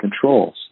controls